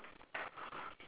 ya correct